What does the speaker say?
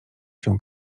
się